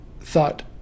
thought